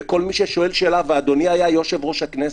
וכול מי ששואל שאלה -- -ואדוני גם היה יושב-ראש הכנסת.